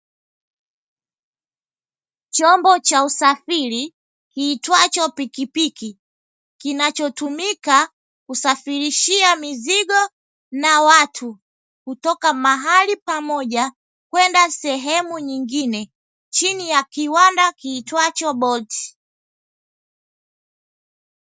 Chombo cha usafiri kiitwacho pikipiki, kinachotumika kusafirishia mizigo na watu kutoka mahali pamoja kwenda sehemu nyingine; chini ya kiwanda kiitwacho "Bolt".